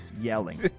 Yelling